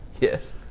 Yes